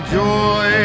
joy